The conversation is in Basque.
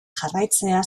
jarraitzea